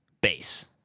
base